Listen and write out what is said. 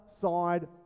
Side